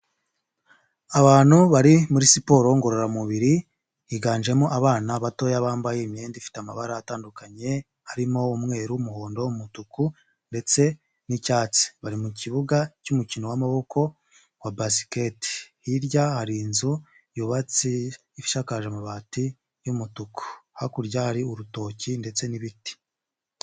Abantu bari muri siporo ngororamubiri higanjemo abana batoya bambaye imyenda ifite amabara atandukanye, harimo umweru, umuhondo, umutuku ndetse n'icyatsi, bari mu kibuga cy'umukino w'amaboko wa basiketi hirya hari inzu yubatse ishakakaje amabati y'umutuku, hakurya hari urutoki ndetse n'ibiti.